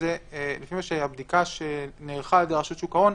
הבדיקה שנערכה על-ידי רשות שוק ההון,